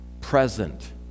present